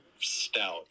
stout